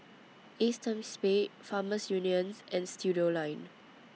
ACEXSPADE Farmers Union and Studioline